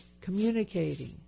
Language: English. communicating